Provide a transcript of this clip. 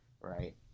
right